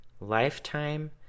Lifetime